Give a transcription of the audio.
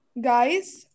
guys